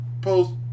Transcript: post